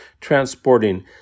transporting